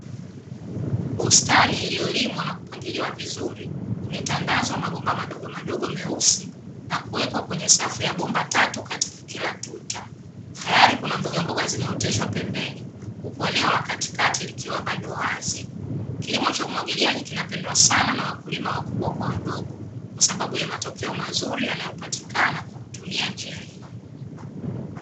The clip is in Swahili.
Bustani iliyolimwa na kupangiliwa vizuri, imetandazwa mabomba madogomadogo meusi, na kuwekwa kwenye safu ya bomba tatu katika kila tuta. Tayari kuna mbogamboga zimeoteshwa pembeni, huku eneo la katikati likiwa bado wazi. Kilimo cha umwagiliji kinapendwa sana na wakulima wakubwa kwa wadogo, kwa sababu ya matokeo mazuri yanayopatikana kwa kutumia njia hii.